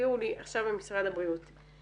תסבירו לי עכשיו ממשרד הבריאות,